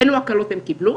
אילו הקלות הם קיבלו?